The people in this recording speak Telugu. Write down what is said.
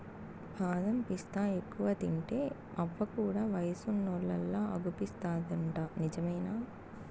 బాదం పిస్తాలెక్కువ తింటే అవ్వ కూడా వయసున్నోల్లలా అగుపిస్తాదంట నిజమేనా